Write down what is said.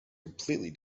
completely